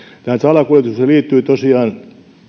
tähän salakuljetukseen liittyvät tosiaan